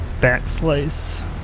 backslice